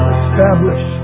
establish